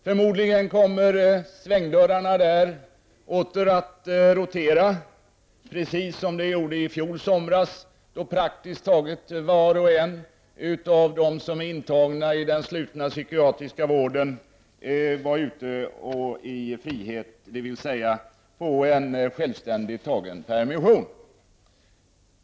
Förmodligen kommer svängdörrarna där att åter rotera, precis som de gjorde i fjol somras då praktiskt taget var och en av dem som var intagna i den slutna psykiatriska vården var ute i frihet, dvs. på en självständigt tagen permission.